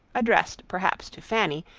addressed perhaps to fanny,